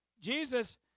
Jesus